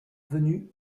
venus